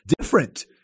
different